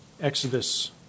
exodus